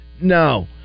No